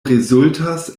rezultas